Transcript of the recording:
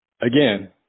Again